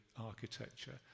architecture